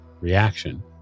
reaction